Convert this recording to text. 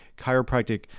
Chiropractic